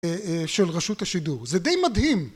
של רשות השידור זה די מדהים